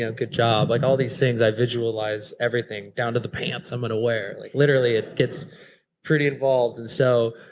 ah good job. like all these things i visualize everything down to the pants i'm going to wear. literally it gets pretty involved. and so,